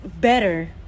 better